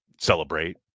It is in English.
celebrate